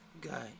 guy